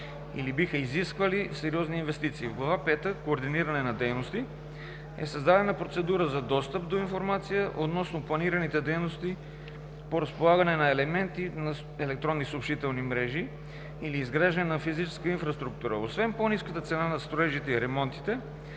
или биха изисквали сериозни инвестиции. В „Глава пета – Координиране на дейности“ е създадена процедура за достъп до информация относно планираните дейности по разполагане на елементи на електронни съобщителни мрежи или изграждане на физическа инфраструктура. Освен по-ниската цена на строежите и ремонтите